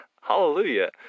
Hallelujah